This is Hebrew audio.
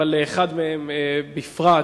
אבל לאחד מהם בפרט,